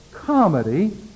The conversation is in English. comedy